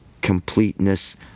completeness